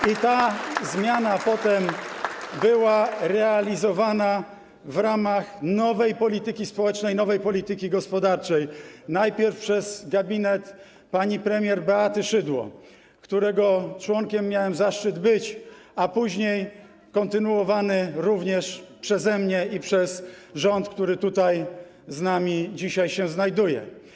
I ta zmiana potem była realizowana w ramach nowej polityki społecznej, nowej polityki gospodarczej, najpierw przez gabinet pani premier Beaty Szydło, którego miałem zaszczyt być członkiem, a później kontynuowany również przeze mnie i przez rząd, który tutaj z nami dzisiaj się znajduje.